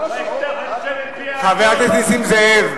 שילך לשבת, חבר הכנסת נסים זאב.